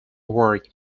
work